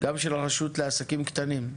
גם של הרשות לעסקים קטנים.